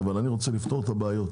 אבל אני רוצה לפתור את הבעיות,